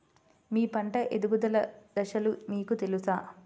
మీ పంట ఎదుగుదల దశలు మీకు తెలుసా?